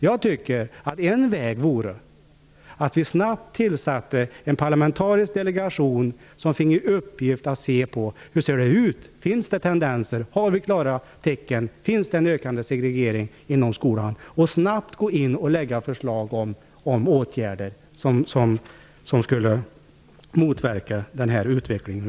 Jag tycker att en väg vore att snabbt tillsätta en parlamentarisk delegation som finge i uppgift att se om det finns tendenser till eller klara tecken på en ökande segregering inom skolan och att snabbt lägga fram förslag om åtgärder som skulle motverka denna utveckling.